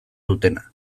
dutena